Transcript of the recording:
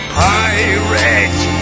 pirate